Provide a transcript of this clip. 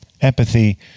empathy